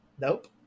Nope